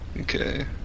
Okay